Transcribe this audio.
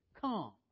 come